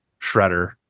shredder